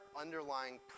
underlying